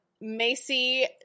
Macy